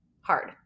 hard